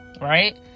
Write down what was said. Right